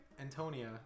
Antonia